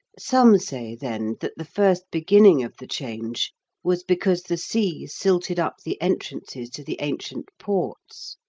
some say, then, that the first beginning of the change was because the sea silted up the entrances to the ancient ports,